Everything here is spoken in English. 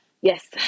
yes